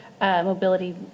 mobility